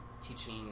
teaching